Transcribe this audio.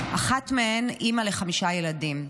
אחת מהם אימא לחמישה ילדים.